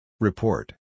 Report